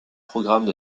programmes